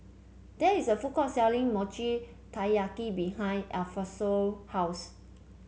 there is a food court selling Mochi Taiyaki behind Alphonso house